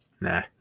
Nah